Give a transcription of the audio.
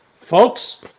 Folks